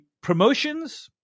promotions